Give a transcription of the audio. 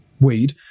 weed